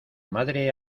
madre